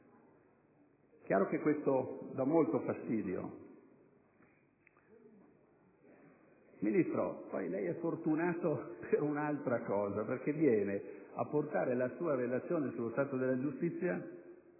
È chiaro che questo dà molto fastidio. Signor Ministro, lei è inoltre fortunato per un'altra cosa: perché viene a portare la sua Relazione sullo stato della giustizia